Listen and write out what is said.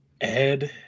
Ed